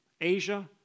Asia